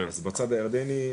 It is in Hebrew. אז בצד הירדני,